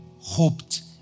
hoped